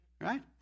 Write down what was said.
right